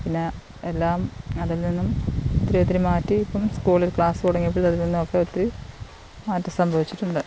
പിന്നെ എല്ലാം അതിൽ നിന്നും ഒത്തിരി ഒത്തിരി മാറ്റി ഇപ്പം സ്കൂളിൽ ക്ലാസ്സ് തുടങ്ങിയപ്പോൾ അതിൽ നിന്നും ഒക്കെ ഒത്തിരി മാറ്റം സംഭവിച്ചിട്ടുണ്ട്